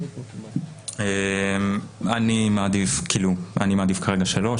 אני מעדיף כרגע שלא,